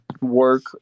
work